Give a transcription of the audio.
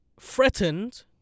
threatened